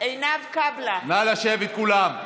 נא לשבת, כולם.